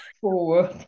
forward